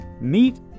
meet